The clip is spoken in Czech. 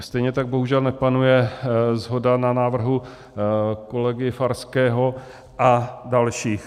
Stejně tak bohužel nepanuje shoda na návrhu kolegy Farského a dalších.